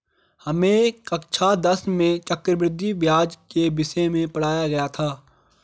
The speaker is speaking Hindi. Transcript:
हमें कक्षा दस में चक्रवृद्धि ब्याज के विषय में पढ़ाया गया था